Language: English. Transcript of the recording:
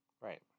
Right